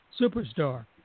superstar